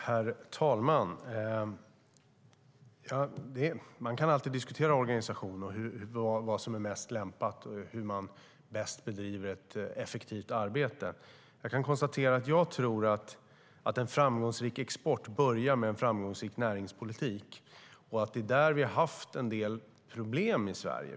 Herr talman! Man kan alltid diskutera organisation, vad som är mest lämpligt och hur man bäst bedriver ett effektivt arbete. Jag tror att en framgångsrik export börjar med en framgångsrik näringspolitik. Där har vi haft en del problem i Sverige.